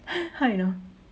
how you know